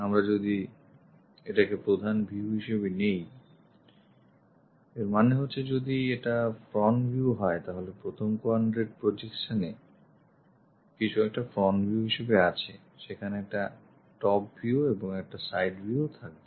আমরা যদি এটাকে প্রধান view হিসেবে নিই এর মানে হচ্ছে যদি এটা ফ্রন্ট ভিউ হয় তাহলে প্রথম কোয়াড্রেন্ট প্রজেকশনএ কিছু একটা ফ্রন্ট ভিউ হিসেবে আছে সেখানে একটা টপ ভিউ এবং একটা সাইড ভিউ ও থাকবে